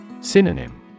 Synonym